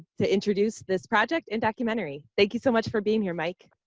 to introduce this project and documentary. thank you so much for being here, mike.